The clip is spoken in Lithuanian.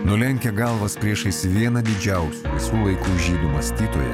nulenkę galvas priešais vieną didžiausių visų laikų žydų mąstytoją